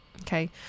Okay